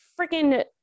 freaking